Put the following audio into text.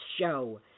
show